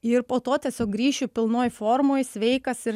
ir po to tiesiog grįšiu pilnoj formoj sveikas ir